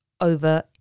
over